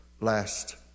last